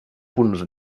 punts